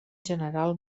general